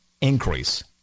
increase